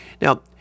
Now